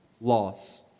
loss